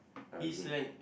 I'm good